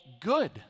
good